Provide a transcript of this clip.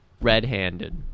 red-handed